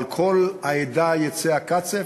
אבל על כל העדה יצא הקצף?